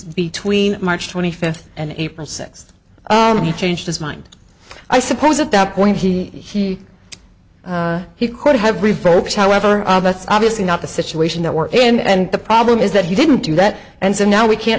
between march twenty fifth and april sixth he changed his mind i suppose at that point he he he could have revoked however that's obviously not the situation that we're and the problem is that he didn't do that and so now we can't